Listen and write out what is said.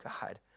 God